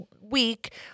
week